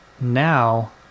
now